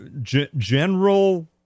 general